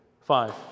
five